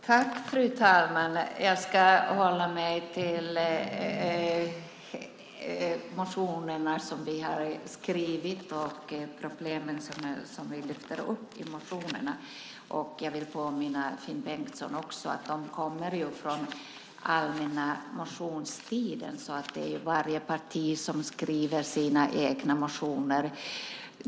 Fru talman! Jag ska hålla mig till motionerna som vi har skrivit och problemen som vi lyfter upp i motionerna. Jag vill påminna Finn Bengtsson om att de kommer från allmänna motionstiden, och varje parti skriver ju sina egna motioner.